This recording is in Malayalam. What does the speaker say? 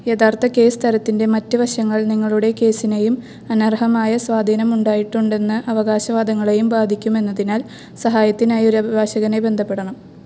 യഥാർത്ഥ കേസ് തരത്തിൻ്റെ മറ്റ് വശങ്ങൾ നിങ്ങളുടെ കേസിനെയും അനർഹമായ സ്വാധീനമുണ്ടായിട്ടുണ്ടെന്ന് അവകാശവാദങ്ങളെയും ബാധിക്കുമെന്നതിനാൽ സഹായത്തിനായൊരു അഭിഭാഷകനെ ബന്ധപ്പെടണം